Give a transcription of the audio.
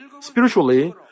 Spiritually